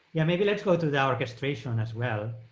yeah maybe let's go to the ah orchestration as well,